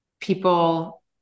people